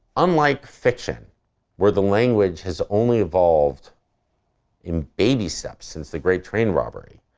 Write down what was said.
unlike fiction where the language has only evolved in baby steps since the great train robbery.